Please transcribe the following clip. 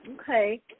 Okay